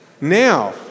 Now